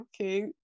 okay